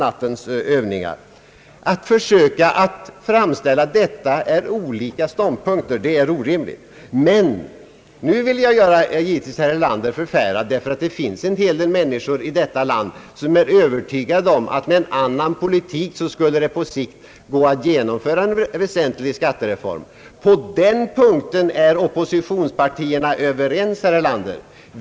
Att försöka framställa detta som olika ståndpunkter är orimligt. Nu vill jag dock göra herr Erlander förfärad. Det finns nämligen en hel del människor i detta land, som är övertygade om att det med en annan politik på sikt skall gå att genomföra en väsentlig skattereform. På denna punkt är Ooppositionspartierna överens.